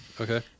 Okay